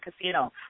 Casino